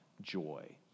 joy